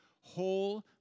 whole